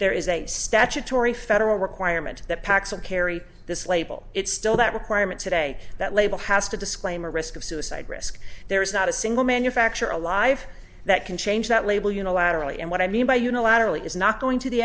there is a statutory federal requirement that paxil carry this label it's still that requirement today that label has to disclaim a risk of suicide risk there is not a single manufacturer alive that can change that label unilaterally and what i mean by unilaterally is not going to the